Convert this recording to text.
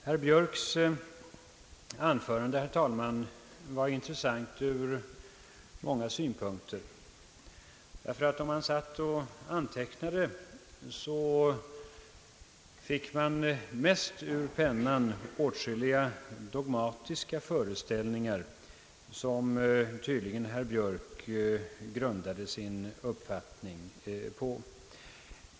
Herr talman! Herr Björks anförande var intressant ur många synpunkter, därför att om man satt och antecknade fick man mest nedtecknat åtskilliga dogmatiska föreställningar som herr Björk tydligen grundade sin uppfatt ning på.